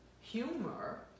humor